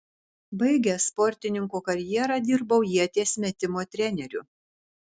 baigęs sportininko karjerą dirbau ieties metimo treneriu